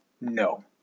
No